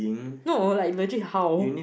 no like legit how